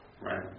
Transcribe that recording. Right